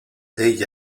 degli